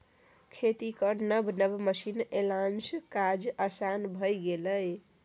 खेतीक नब नब मशीन एलासँ काज आसान भए गेल